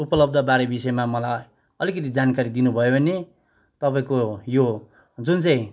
उपलब्धबारे विषयमा मलाई अलिकति जानकारी दिनुभयो भने तपाईँको यो जुन चाहिँ